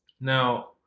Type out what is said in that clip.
Now